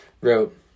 Wrote